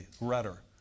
rudder